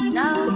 now